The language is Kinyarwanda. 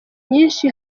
nyinshi